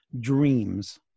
dreams